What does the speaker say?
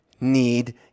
need